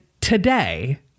today